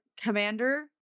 commander